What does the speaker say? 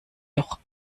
doch